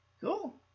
cool